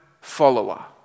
follower